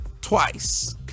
twice